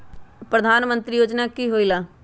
प्रधान मंत्री योजना कि होईला?